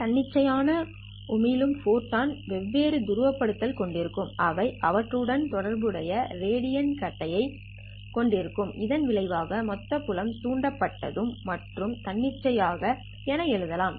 தன்னிச்சையாக உமிழும் ஃபோட்டான் வெவ்வேறு துருவப்படுத்தல் கொண்டிருக்கும் அவை அவற்றுடன் தொடர்புடைய ரேடியம் கட்டம் ஐ கொண்டிருக்கும் இதன் விளைவாக மொத்த புலம் தூண்டப்பட்டது மற்றும் தன்னிச்சையான என எழுதலாம்